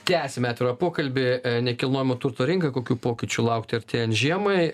tęsime atvirą pokalbį nekilnojamo turto rinka kokių pokyčių laukti artėjan žiemai